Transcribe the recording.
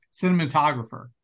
cinematographer